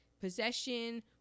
Possession